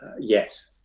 Yes